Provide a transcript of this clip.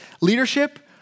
leadership